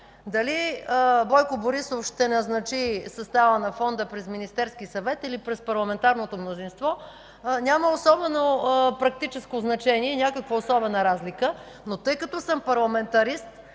Дали Бойко Борисов ще назначи състава на Фонда през Министерския съвет или през парламентарното мнозинство, няма особено практическо значение и някаква особена разлика. Но тъй като съм парламентарист,